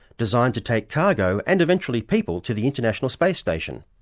designed to take cargo and eventually people to the international space station.